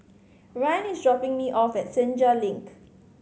ryne is dropping me off at Senja Link